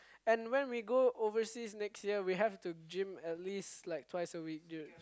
and when we go overseas next year we have to gym at least like twice a week dude